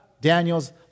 Daniel's